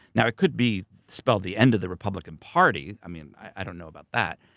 now it could be spelled the end of the republican party, i mean i don't know about that.